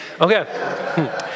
okay